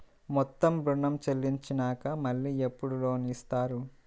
మొత్తం ఋణం చెల్లించినాక మళ్ళీ ఎప్పుడు లోన్ ఇస్తారు?